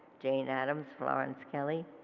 jane addams, florence kelley,